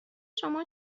شما